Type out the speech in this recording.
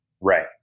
right